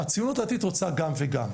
הציונות הדתית רוצה גם וגם.